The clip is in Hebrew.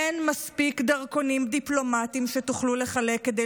אין מספיק דרכונים דיפלומטיים שתוכלו לחלק כדי